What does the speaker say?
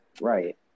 Right